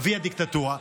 אבי הדיקטטורה,